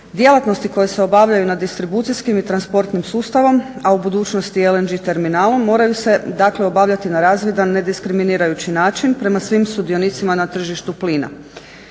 Djelatnosti koje se obavljaju na distribucijskim i transportnim sustavom, a u budućnosti LNG terminalom moraju se dakle obavljati na razvidan ne diskriminirajući način, prema svim sudionicima na tržištu plina.